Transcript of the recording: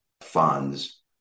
funds